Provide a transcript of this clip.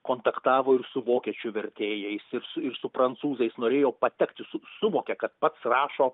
kontaktavo ir su vokiečių vertėjais ir su ir su prancūzais norėjo patekti su suvokė kad pats rašo